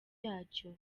yacyo